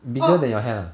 oh